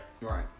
Right